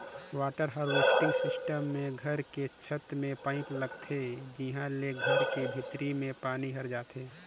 water harvesting system मे घर के छत में पाईप लगाथे जिंहा ले घर के भीतरी में पानी हर जाथे